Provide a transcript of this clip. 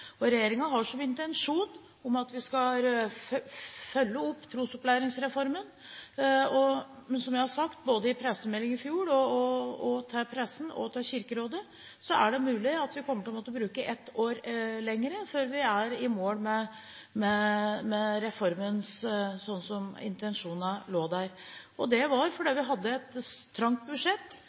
har som intensjon at vi skal følge opp trosopplæringsreformen, men som jeg har sagt både i pressemeldingen i fjor og til Kirkerådet, er det mulig at vi kommer til å måtte bruke ett år lenger før vi er i mål med reformen sånn som intensjonen var, fordi vi hadde et stramt budsjett og prioriterte andre ting innenfor helse og omsorg og innenfor kirke som vi mente var viktigere enn det vi